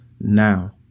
now